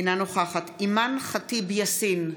אינה נוכחת אימאן ח'טיב יאסין,